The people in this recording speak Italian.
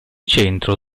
centro